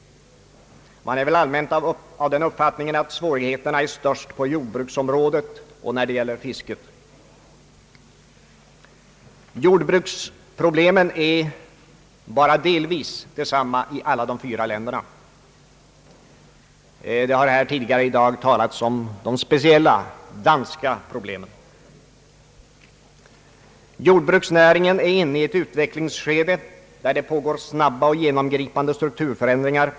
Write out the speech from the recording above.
Man är väl allmänt av uppfattningen att svårigheterna är störst på jordbruksområdet och när det gäller fisket. Jordbruksproblemen är bara delvis desamma i alla de fyra länderna. Det har tidigare i dag talats om de speciella danska problemen. Jordbruksnäringen i Sverige är inne i ett utvecklingsskede, där det pågår snabba och genomgripande strukturförändringar.